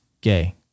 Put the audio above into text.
gay